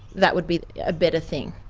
that would be a better thing,